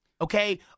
Okay